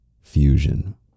fusion